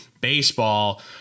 Baseball